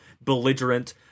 belligerent